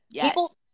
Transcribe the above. people